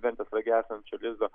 ventės rage esančio lizdo